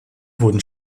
wurden